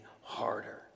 harder